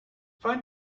find